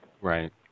Right